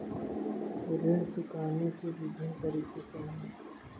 ऋण चुकाने के विभिन्न तरीके क्या हैं?